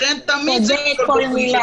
לכן תמיד זה יהיה --- צודק כל מילה.